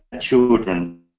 children